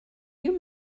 you